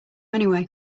anyway